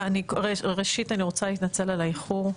אני רוצה להתנצל על האיחור,